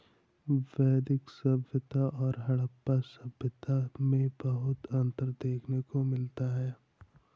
वैदिक सभ्यता और हड़प्पा सभ्यता में बहुत अन्तर देखने को मिला है